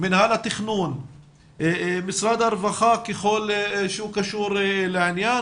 מנהל התכנון, משרד הרווחה ככל שהוא קשור לעניין: